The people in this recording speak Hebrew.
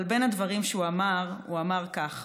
בין הדברים שהוא אמר הוא אמר כך: